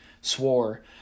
swore